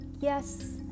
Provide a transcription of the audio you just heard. yes